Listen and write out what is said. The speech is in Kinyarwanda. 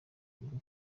bwo